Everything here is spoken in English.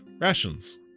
rations